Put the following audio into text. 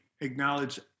acknowledge